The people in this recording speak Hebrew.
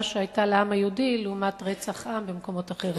שהיתה לעם היהודי לרצח עם במקומות אחרים.